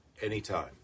anytime